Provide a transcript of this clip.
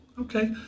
Okay